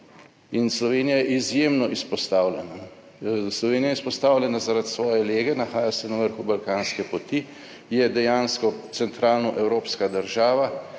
Slovenija je izjemno izpostavljena. Slovenija je izpostavljena zaradi svoje lege, nahaja se na vrhu balkanske poti, je dejansko centralno-evropska država.